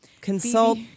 Consult